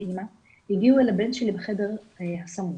הגיעו אל הבן שלי בחדר הסמוך.